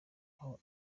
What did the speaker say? aho